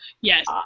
Yes